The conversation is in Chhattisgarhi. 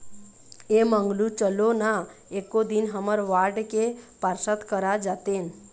ऐ मंगलू चलो ना एको दिन हमर वार्ड के पार्षद करा जातेन